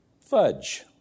fudge